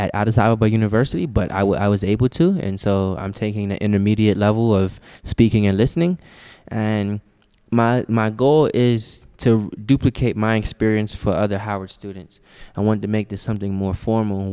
e university but i was able to and so i'm taking the intermediate level of speaking and listening and my my goal is to duplicate my experience for other howard students i want to make this something more formal